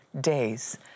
days